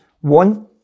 One